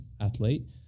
athlete